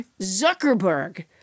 Zuckerberg